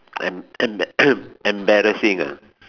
em~ em~ embarrassing ah